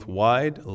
wide